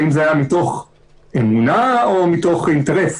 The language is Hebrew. זה היה מתוך אמונה או מתוך אינטרס?